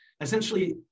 essentially